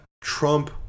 Trump